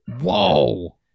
Whoa